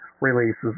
releases